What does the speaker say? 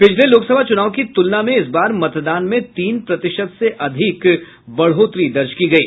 पिछले लोकसभा चुनाव की तुलना में इस बार मतदान में तीन प्रतिशत से अधिक बढ़ोतरी दर्ज की गयी